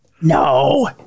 No